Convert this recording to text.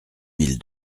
mille